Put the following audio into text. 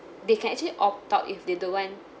they can actually opt out if they don't want